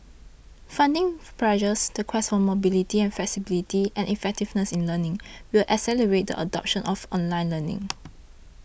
funding pressures the quest for mobility and flexibility and effectiveness in learning will accelerate the adoption of online learning